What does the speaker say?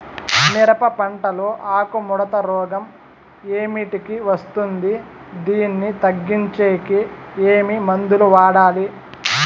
మిరప పంట లో ఆకు ముడత రోగం ఏమిటికి వస్తుంది, దీన్ని తగ్గించేకి ఏమి మందులు వాడాలి?